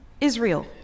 Israel